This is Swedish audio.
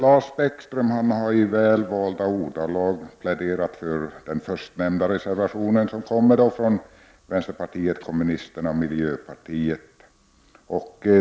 Lars Bäckström har i väl valda ordalag pläderat för den förstnämnda reservationen, som kommer från vänsterpartiet kommunisterna och miljöpartiet.